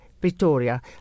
Pretoria